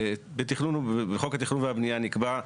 בחוק התכנון והבנייה נקבע,